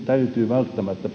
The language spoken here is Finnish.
täytyy välttämättä